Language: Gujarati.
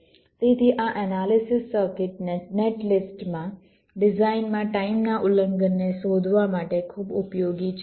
તેથી આ એનાલિસિસ સર્કિટ નેટલિસ્ટમાં ડિઝાઇનમાં ટાઈમના ઉલ્લંઘનને શોધવા માટે ખૂબ ઉપયોગી છે